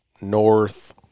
north